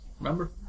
remember